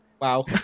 Wow